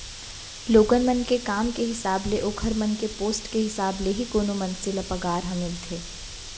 लोगन मन के काम के हिसाब ले ओखर मन के पोस्ट के हिसाब ले ही कोनो मनसे ल पगार ह मिलथे